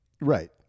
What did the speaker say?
Right